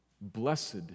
Blessed